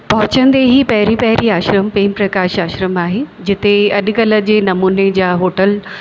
पहुचंदे ई पहरीं पहरीं आश्रम प्रेम प्रकाश आश्रम आहे जिते अॼुकल्ह जी नमूने जा होटल